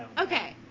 Okay